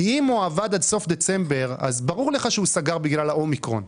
אם הוא עבד היטב עד סוף דצמבר אז ברור לך שהוא סגר בגלל האומיקרון.